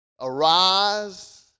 Arise